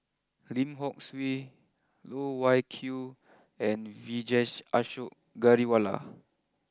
Lim Hock Siew Loh Wai Kiew and Vijesh Ashok Ghariwala